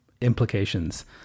implications